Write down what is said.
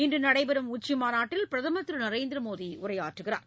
இன்று நடைபெறும் உச்சிமாநாட்டில் பிரதமர் நரேந்திர மோடி உரையாற்றுகிறார்